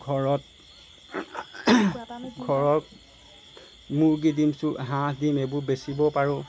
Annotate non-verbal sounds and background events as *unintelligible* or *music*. ঘৰত ঘৰত মুৰ্গী ডিম *unintelligible* হাঁহ ডিম এইবোৰ বেছিব পাৰোঁ